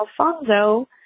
Alfonso